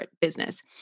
business